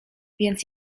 więc